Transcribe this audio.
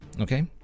okay